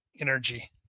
energy